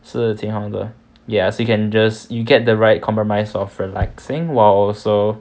是挺好的 yes you can just you get the right compromise of relaxing while also